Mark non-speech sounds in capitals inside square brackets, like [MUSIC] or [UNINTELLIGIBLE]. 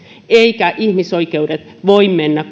eivätkä kauppapoliittiset edut voi mennä [UNINTELLIGIBLE]